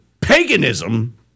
paganism